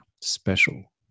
special